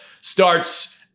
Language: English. starts